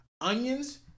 onions